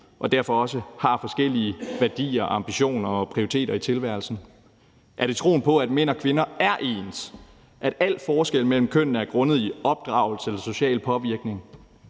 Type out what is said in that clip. og derfor også har forskellige værdier, ambitioner og prioriteringer i tilværelsen? Er det troen på, at mænd og kvinder er ens, at al forskel mellem kønnene er grundet i opdragelse eller social påvirkning?